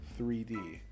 3D